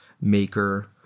Maker